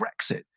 Brexit